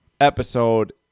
episode